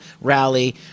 rally